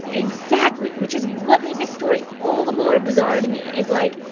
exactly, which is what made this story all the more bizarre to me is, like,